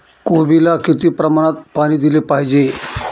कोबीला किती प्रमाणात पाणी दिले पाहिजे?